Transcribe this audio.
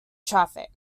traffic